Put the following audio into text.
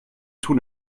tun